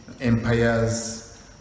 empires